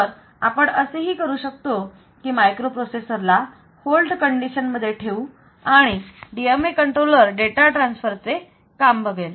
तर आपण असेही करू शकतो की मायक्रोप्रोसेसर ला होल्ड कंडिशन मध्ये ठेवू आणि DMA कंट्रोलर डेटा ट्रान्सफर चे काम बघेल